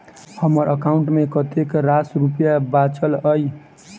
हम्मर एकाउंट मे कतेक रास रुपया बाचल अई?